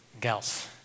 gals